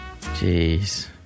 jeez